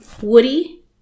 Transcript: Woody